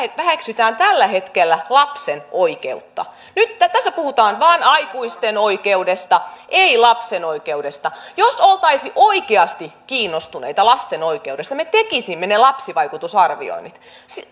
väheksytään tällä hetkellä lapsen oikeutta tässä puhutaan vaan aikuisten oikeudesta ei lapsen oikeudesta jos oltaisiin oikeasti kiinnostuneita lasten oikeudesta me tekisimme ne lapsivaikutusarvioinnit